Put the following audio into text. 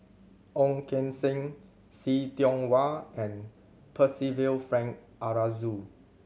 Ong Keng Sen See Tiong Wah and Percival Frank Aroozoo